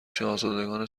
شاهزادگان